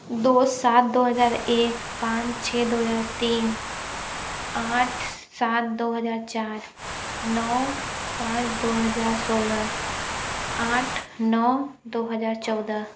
दो सात दो हजार एक पाँच छः दो हजार तीन आठ सात दो हजार चार नौ पाँच दो हजार सोलह आठ नौ दो हजार चौदह